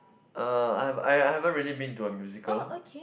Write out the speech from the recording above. uh I have I I haven't really been to a musical